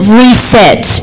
reset